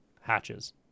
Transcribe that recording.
hatches